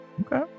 Okay